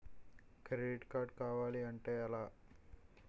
Credit card కావాలి అంటే ఎలా?